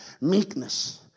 meekness